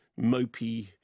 mopey